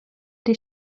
die